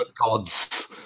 Gods